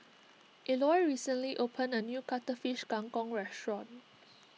Eloy recently opened a new Cuttlefish Kang Kong restaurant